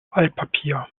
altpapier